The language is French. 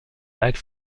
lacs